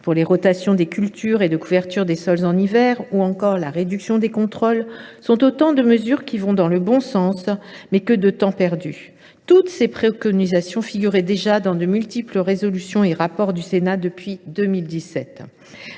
de rotation des cultures et de couverture des sols en hiver, ou encore la réduction des contrôles sont autant de mesures qui vont dans le bon sens. Toutefois, que de temps perdu ! Toutes ces préconisations figuraient déjà dans de multiples résolutions et rapports publiés par le Sénat depuis 2017.